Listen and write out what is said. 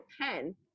pen